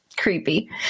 Creepy